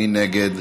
מי נגד?